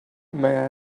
may